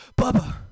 Bubba